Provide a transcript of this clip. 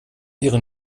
ihren